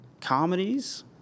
comedies